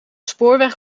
spoorweg